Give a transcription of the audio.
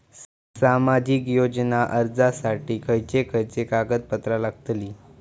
सामाजिक योजना अर्जासाठी खयचे खयचे कागदपत्रा लागतली?